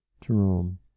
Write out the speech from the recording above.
Jerome